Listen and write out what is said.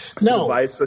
No